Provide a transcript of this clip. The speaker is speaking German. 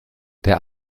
der